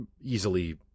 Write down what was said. easily